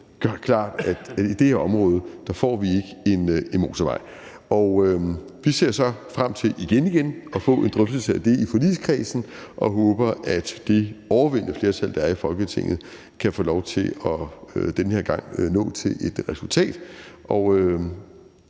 det klart, at i det her område får vi ikke en motorvej. Vi ser så frem til igen igen at få en drøftelse af det i forligskredsen og håber, at det overvældende flertal, der er i Folketinget, kan få lov til den her gang at nå til et resultat. Og